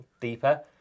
deeper